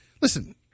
Listen